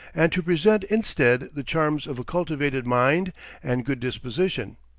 and to present instead the charms of a cultivated mind and good disposition.